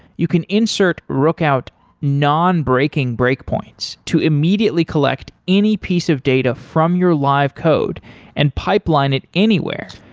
you can insert rookout non-breaking breakpoints to immediately collect any piece of data from your live code and pipeline it anywhere.